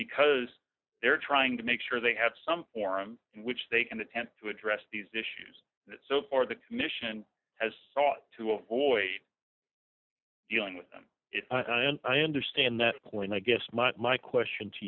because they're trying to make sure they have some forum in which they can attempt to address these issues and so far the commission has sought to avoid dealing with them and i understand that point i guess much my question to